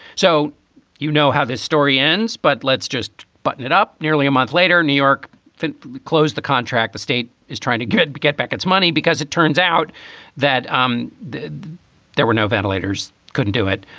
so you know how this story ends. but let's just button it up. nearly a month later, new york closed the contract. the state is trying to get get back its money because it turns out that um there were no ventilators. couldn't do it.